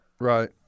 right